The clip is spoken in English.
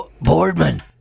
Boardman